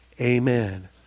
Amen